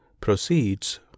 proceeds